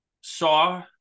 Saw